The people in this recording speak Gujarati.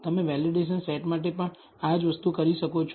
તમે વેલિડેશન સેટ માટે પણ આ જ વસ્તુ કરી શકો છો